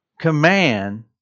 command